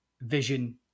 vision